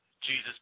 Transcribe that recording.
Jesus